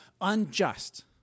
unjust